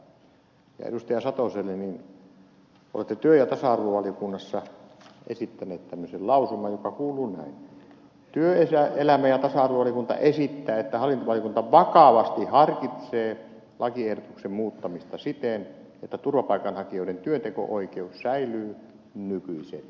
olette työelämä ja tasa arvovaliokunnassa esittäneet tämmöisen lausuman joka kuuluu näin että työelämä ja tasa arvovaliokunta esittää että hallintovaliokunta vakavasti harkitsee lakiehdotuksen muuttamista siten että turvapaikanhakijoiden työnteko oikeus säilyy nykyisellään siis kolmessa kuukaudessa